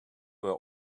were